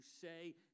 say